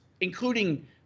including